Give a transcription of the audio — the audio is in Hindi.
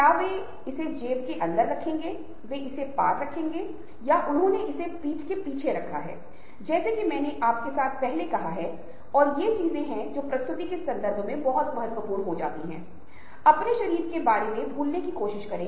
लेकिन जिस अंक को मैं बनाने की कोशिश कर रहा था वह यह था कि नेटवर्किंग हमारे जीवन का बहुत अहम् हिस्सा है और यह एक ऐसी चीज है जिसका अध्ययन नेटवर्क विश्लेषण सामाजिक नेटवर्क विश्लेषण के रूप में जाना जाता है